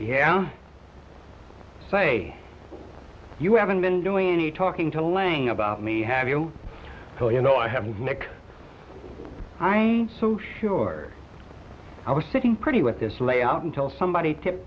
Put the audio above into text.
say you haven't been doing any talking to laying about me have you oh you know i have nick i so sure i was sitting pretty with this layout until somebody tipped